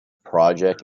project